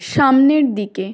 সামনের দিকে